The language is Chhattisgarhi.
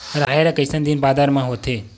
राहेर ह कइसन दिन बादर म होथे?